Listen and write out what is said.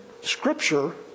Scripture